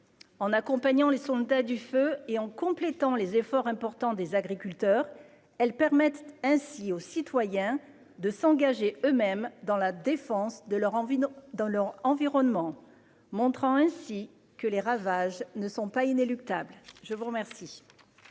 En accompagnant les soldats du feu et en complétant les efforts importants fournis par les agriculteurs, elles permettent aux citoyens de s'engager eux-mêmes clans la défense de leur environnement, montrant ainsi que les ravages ne sont pas inéluctables. La parole